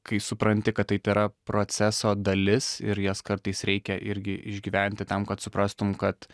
kai supranti kad tai tėra proceso dalis ir jas kartais reikia irgi išgyventi tam kad suprastum kad